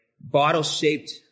bottle-shaped